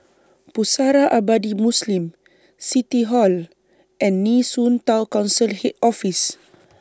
Pusara Abadi Muslim City Hall and Nee Soon Town Council Head Office